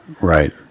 right